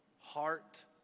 heart